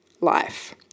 life